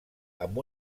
amb